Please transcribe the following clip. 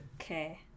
Okay